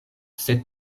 sed